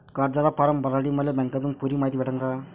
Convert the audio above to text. कर्जाचा फारम भरासाठी मले बँकेतून पुरी मायती भेटन का?